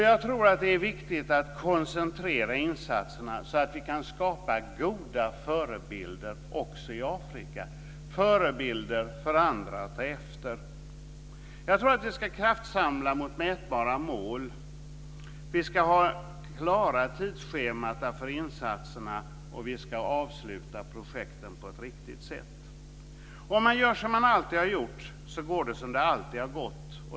Jag tror att det är viktigt att koncentrera insatserna så att vi kan skapa goda förebilder också i Afrika, förebilder för andra att ta efter. Jag tror att vi ska kraftsamla mot mätbara mål. Vi ska ha klara tidsscheman för insatserna, och vi ska avsluta projekten på ett riktigt sätt. Om man gör så som man alltid har gjort, så går det som det alltid har gått.